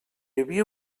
havia